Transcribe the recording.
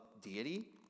deity